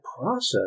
process